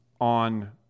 on